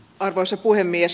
arvoisa puhemies